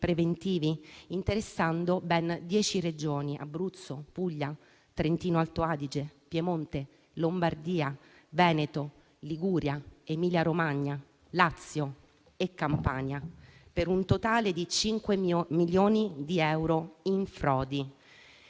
preventivi, interessando ben dieci regioni (Abruzzo, Puglia, Trentino-Alto Adige, Piemonte, Lombardia, Veneto, Liguria, Emilia-Romagna, Lazio e Campania), per un totale di 5 milioni di euro in frodi.